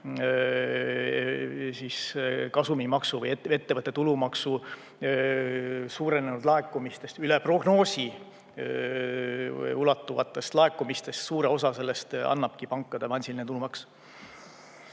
kasumimaksu või ettevõtte tulumaksu suurenenud laekumistest, üle prognoosi ulatuvatest laekumistest, suure osa sellest annabki pankade avansiline tulumaks.